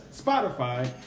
Spotify